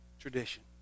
Tradition